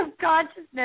consciousness